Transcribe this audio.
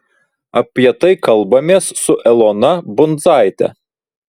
apie tai kalbamės su elona bundzaite